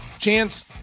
Chance